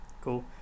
Cool